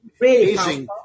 amazing